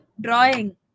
drawing